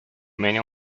many